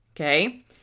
Okay